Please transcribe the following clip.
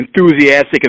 enthusiastic